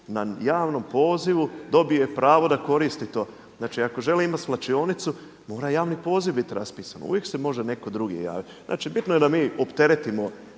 na javnom pozivu dobije pravo da koristi to. Znači ako želi imati svlačionicu, mora javni poziv biti raspisan. Uvijek se može netko drugi javiti. Znači bitno je da mi opteretimo